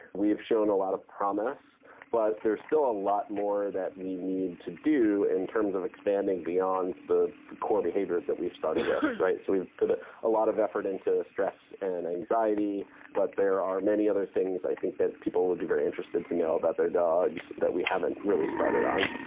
we've shown a lot of promise but there's still a lot more that we need to do in terms of expanding beyond the core behaviours that we've started with. so we put ah a lot of effort into stress and anxiety but there are many other things i think that people will be very interested to know about their dogs that we haven't really started on.